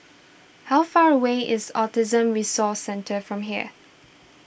how far away is Autism Resource Centre from here